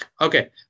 okay